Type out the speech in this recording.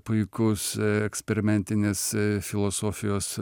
puikus eksperimentinės filosofijos